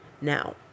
Now